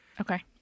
Okay